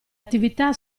attività